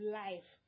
life